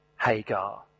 Hagar